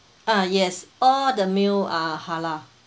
ah yes all the meals are halal